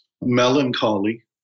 melancholy